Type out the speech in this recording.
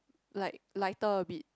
like lighter a bit